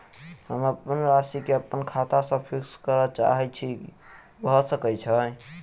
हम अप्पन राशि केँ अप्पन खाता सँ फिक्स करऽ चाहै छी भऽ सकै छै?